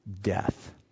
death